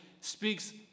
speaks